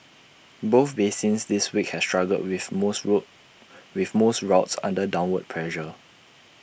both basins this week have struggled with most route with most routes under downward pressure